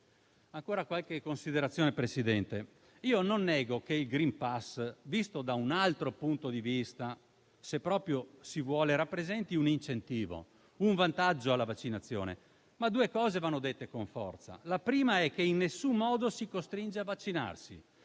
Ancora qualche considerazione, Presidente. Io non nego che il *green pass*, visto da un altro punto di vista, se proprio si vuole, rappresenti un incentivo, un vantaggio alla vaccinazione, ma vi sono aspetti che vanno rilevati con forza. Anzitutto in nessun modo si costringe a vaccinarsi.